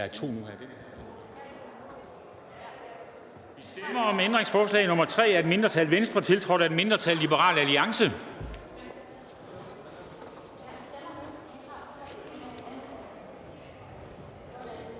Der stemmes om ændringsforslag nr. 3 af et mindretal (V), som er tiltrådt af et mindretal (LA).